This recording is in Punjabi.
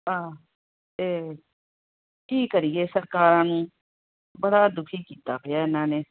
ਹਾਂ ਤਾਂ ਕੀ ਕਰੀਏ ਸਰਕਾਰਾਂ ਨੂੰ ਬੜਾ ਦੁਖੀ ਕੀਤਾ ਪਿਆ ਇਹਨਾਂ ਨੇ